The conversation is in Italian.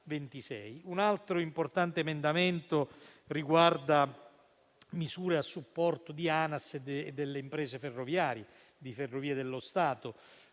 Un altro importante emendamento riguarda le misure a supporto di Anas e delle imprese ferroviarie, di Ferrovie dello Stato,